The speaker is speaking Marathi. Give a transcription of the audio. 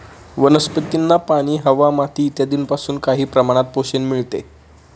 वनस्पतींना पाणी, हवा, माती इत्यादींपासून काही प्रमाणात पोषण मिळते